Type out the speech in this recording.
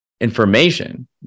information